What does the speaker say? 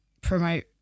promote